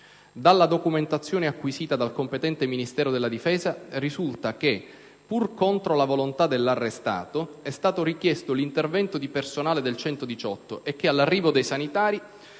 Dalla documentazione acquisita dal competente Ministero della difesa risulta che, pur contro la volontà dell'arrestato, è stato richiesto l'intervento di personale del «118» e che all'arrivo dei sanitari